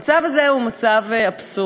המצב הזה הוא מצב אבסורדי.